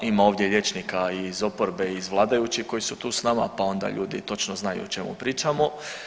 Ima ovdje liječnika iz oporbe i iz vladajućih koji su tu s nama pa onda ljudi točno znaju o čemu pričamo.